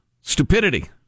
Stupidity